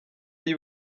y’i